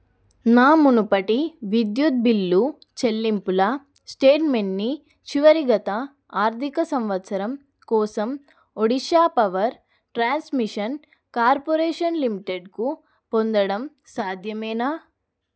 నా మునుపటి విద్యుత్ బిల్లు చెల్లింపుల స్టేట్మెంట్ని చివరి గత ఆర్థిక సంవత్సరం కోసం ఒడిశా పవర్ ట్రాన్స్మిషన్ కార్పొరేషన్ లిమిటెడ్కు పొందడం సాధ్యమేనా